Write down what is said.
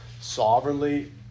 sovereignly